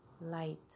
light